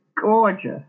gorgeous